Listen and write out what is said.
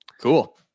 Cool